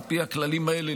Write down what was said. על פי הכללים האלה,